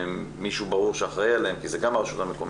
מישהו ברור שאחראי עליהן זה גם הרשות המקומית,